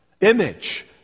image